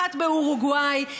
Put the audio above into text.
אחת באורוגוואי,